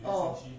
oh